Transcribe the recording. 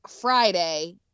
Friday